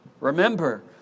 Remember